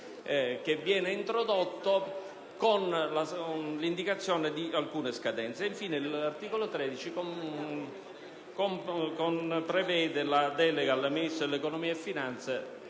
che viene introdotto con l'indicazione di alcune scadenze. Infine, l'articolo 13 prevede la delega al Ministro dell'economia e delle